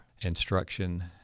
instruction